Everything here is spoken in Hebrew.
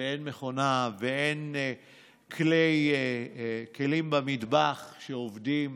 ואין מכונה ואין כלים במטבח שעובדים,